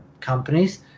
companies